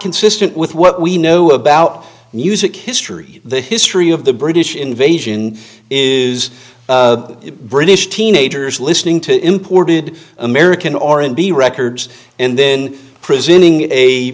consistent with what we know about music history the history of the british invasion is british teenagers listening to imported american or in the records and then presenting a